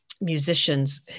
musicians